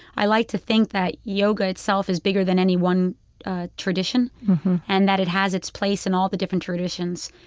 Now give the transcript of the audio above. i like to think that yoga itself is bigger than any one tradition and that it has its place in all the different traditions.